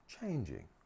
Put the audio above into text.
changing